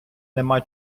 нема